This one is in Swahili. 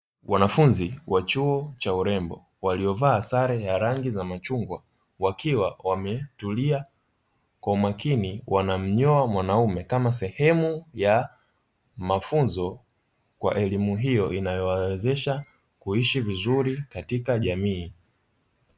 Wanafunzi wa chuo cha urembo waliovaa sare ya rangi za machungwa wakiwa wametulia kwa umakini wanamnyoa mwanaume kama sehemu ya mafunzo kwa elimu hiyo inayowawezesha kuishi vizuri katika jamii.